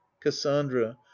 cassandra